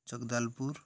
Jagdalpur